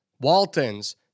Waltons